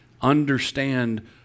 Understand